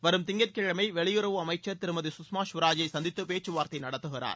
வரும் திங்கட்கிழமை வெளியுறவு அமைச்ச் திருமதி சுஷ்மா ஸ்வராஜை சந்தித்து பேச்சுவார்த்தை நடத்துகிறார்